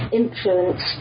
influence